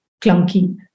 clunky